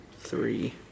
three